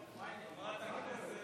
הינה אימאן ח'טיב יאסין,